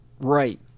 Right